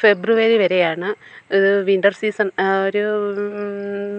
ഫെബ്രുവരി വരെയാണ് winter season ഒരു